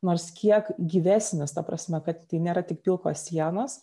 nors kiek gyvesnis ta prasme kad tai nėra tik pilkos sienos